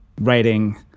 writing